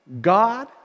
God